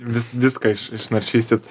vis viską iš išnaršysit